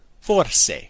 forse